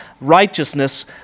righteousness